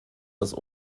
das